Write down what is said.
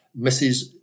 Mrs